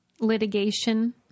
litigation